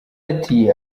ati